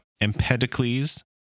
Empedocles